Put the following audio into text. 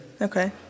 okay